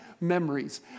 Memories